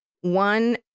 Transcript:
One